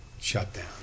shutdown